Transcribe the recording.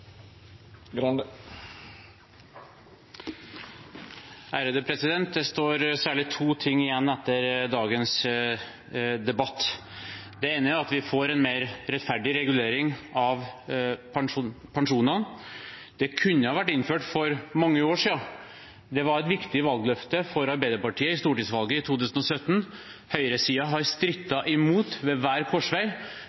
Det står særlig to ting igjen etter dagens debatt. Det ene er at vi får en mer rettferdig regulering av pensjonene. Det kunne ha vært innført for mange år siden. Det var et viktig valgløfte for Arbeiderpartiet ved stortingsvalget i 2017. Høyresiden har